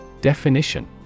Definition